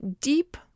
deep